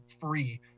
free